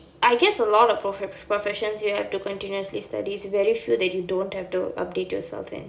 I guess a lot of proffes~ professions you have to continuously study is very few that you don't have to update yourself in